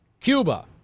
cuba